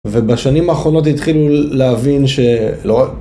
ובשנים האחרונות התחילו להבין שלא...